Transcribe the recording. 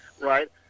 Right